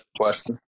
question